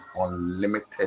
unlimited